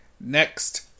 Next